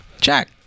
Jack